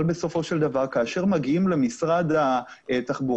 אבל בסופו של דבר כאשר מגיעים למשרד התחבורה,